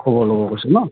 খবৰ ল'ব কৈছিল নহ্